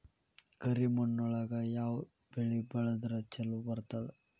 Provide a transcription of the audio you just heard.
ಕರಿಮಣ್ಣೊಳಗ ಯಾವ ಬೆಳಿ ಬೆಳದ್ರ ಛಲೋ ಬರ್ತದ?